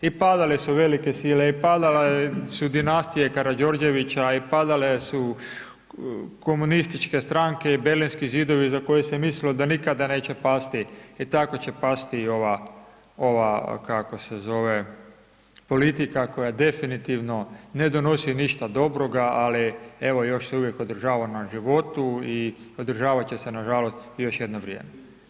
I padale su velike sile i padale su dinastije Karadžordževića i padale su komunističke stranke i Berlinski zidovi za koje se mislimo da nikada neće pasti, e tako će pasti i ova politika koja definitivno ne donosi ništa dobroga, ali evo, još se uvijek održava na životu i održavat će se nažalost još jedno vrijeme.